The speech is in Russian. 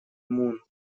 мун